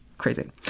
Crazy